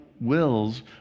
wills